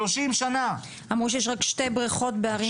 שלושים שנה! אמרו שיש רק שתי בריכות בערים מעורבות.